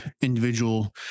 individual